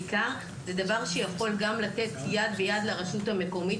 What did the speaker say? זה דבר שיכול לתת יד לרשות המקומית,